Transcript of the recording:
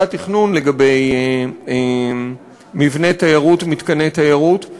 התכנון לגבי מבני תיירות ומתקני תיירות,